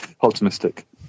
optimistic